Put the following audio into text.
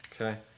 Okay